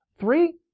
Three